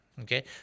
Okay